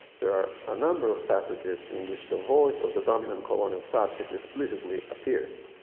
there are a number of passages in which the voice of the dominant colonial subject explicitly appears.